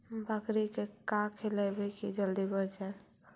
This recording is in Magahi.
बकरी के का खिलैबै कि जल्दी बढ़ जाए?